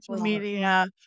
media